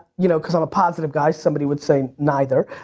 you know cause i'm a positive guy. somebody would say neither.